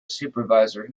supervisor